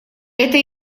это